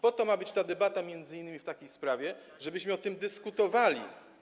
Po to ma być debata m.in. w takiej sprawie, żebyśmy o tym dyskutowali.